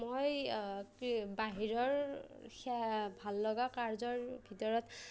মই কি বাহিৰৰ সেয়া ভাল লগা কাৰ্যৰ ভিতৰত